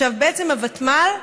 בעצם, הוותמ"ל,